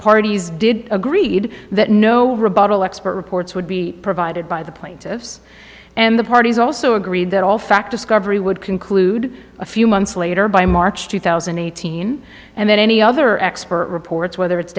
parties did agreed that no rebuttal expert reports would be provided by the plaintiffs and the parties also agreed that all fact discovery would conclude a few months later by march two thousand and eighteen and then any other expert reports whether it's